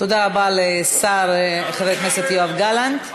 תודה רבה לשר, חבר הכנסת יואב גלנט.